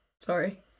Sorry